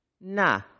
Na